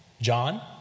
John